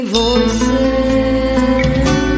voices